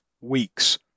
weeks